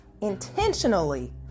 Intentionally